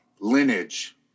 lineage